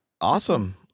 Awesome